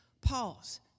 Pause